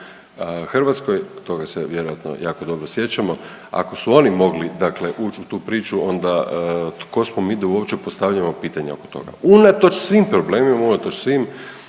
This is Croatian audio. Hrvatskoj toga se vjerojatno jako dobro sjećamo, ako su oni mogli uć u tu priču onda tko smo mi da uopće postavljamo pitanje oko toga. Unatoč svim problemima, unatoč svim